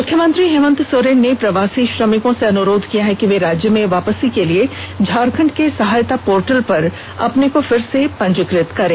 मुख्यमंत्री हेमंत सोरेन ने प्रवासी श्रमिकों से अनुरोध किया है कि वे राज्य में वापसी के लिए झारखंड के सहायता पोर्टल पर अपने को फिर से पंजीकत करें